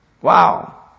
Wow